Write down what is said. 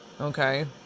Okay